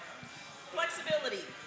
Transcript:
Flexibility